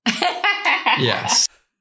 Yes